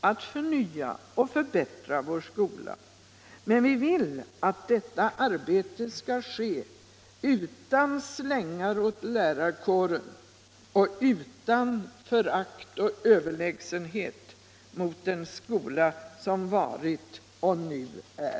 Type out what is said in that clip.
att förnya och förbättra vår skola, men vi vill att detta arbete skall ske utan slängar åt lärarkåren och utan förakt och överlägsenhet mot den skola som har varit och nu är.